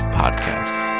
podcasts